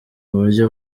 uburyo